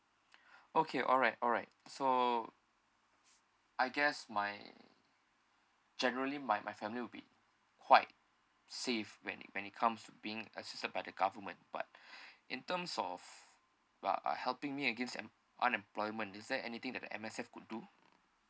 okay alright alright so I guess my generally my my family will be quite safe when it when it comes to being assisted by the government but in terms of uh uh helping me against em~ unemployment is there anything that M_S_F could do